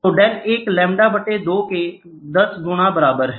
तो del 1 lambda बटे 2 के 10 गुना बराबर है